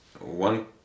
one